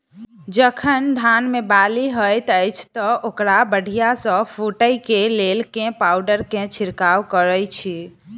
जखन धान मे बाली हएत अछि तऽ ओकरा बढ़िया सँ फूटै केँ लेल केँ पावडर केँ छिरकाव करऽ छी?